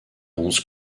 onze